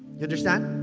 you understand?